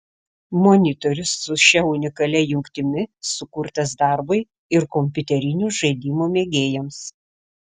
monitorius su šia unikalia jungtimi sukurtas darbui ir kompiuterinių žaidimų mėgėjams